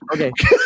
okay